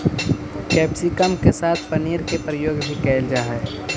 capsicum के साथ पनीर के प्रयोग भी कैल जा हइ